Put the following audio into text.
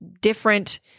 different